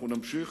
אנחנו נמשיך